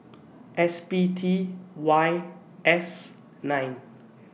S P T Y S nine